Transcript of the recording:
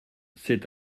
c’est